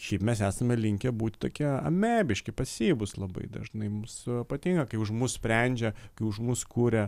šiaip mes esame linkę būt tokie amebiški pasyvūs labai dažnai mums a patinka kai už mus sprendžia kai už mus kuria